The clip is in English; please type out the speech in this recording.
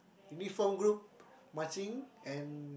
uniform group marching and